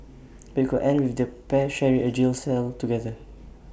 but IT could end with the pair sharing A jail cell together